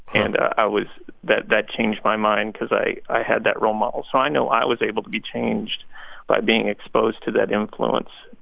and i was that that changed my mind because i i had that role model. so i know i was able to be changed by being exposed to that influence.